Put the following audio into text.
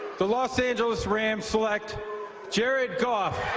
the los angeles rams selected jared goff,